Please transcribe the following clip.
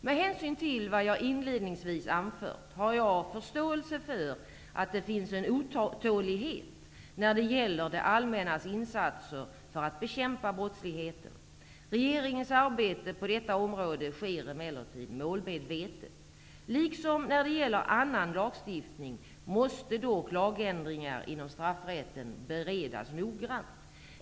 Men hänsyn till vad jag inledningsvis har anfört, har jag förståelse för att det finns en otålighet när det gäller det allmännas insatser för att bekämpa brottsligheten. Regeringens arbete på detta området sker emellertid målmedvetet. Liksomn när det gäller annan lagstiftning måste lagändringar inom straffrätten beredas noggrant.